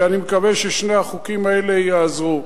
ואני מקווה ששני החוקים האלה יעזרו.